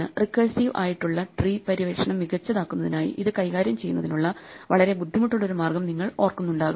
recursive ആയിട്ടുള്ള tree പര്യവേക്ഷണം മികച്ചതാക്കുന്നതിനായി ഇത് കൈകാര്യം ചെയ്യുന്നതിനുള്ള വളരെ ബുദ്ധിമുട്ടുള്ള ഒരു മാർഗം നിങ്ങൾ ഓർക്കുന്നുണ്ടാകും